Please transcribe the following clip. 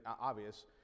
obvious